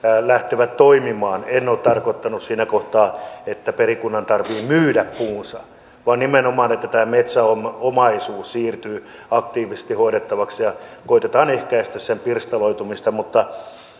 lähtevät toimimaan en ole tarkoittanut siinä kohtaa että perikunnan tarvitsee myydä puunsa vaan nimenomaan sitä että tämä metsäomaisuus siirtyy aktiivisesti hoidettavaksi ja koetetaan ehkäistä sen pirstaloitumista mutta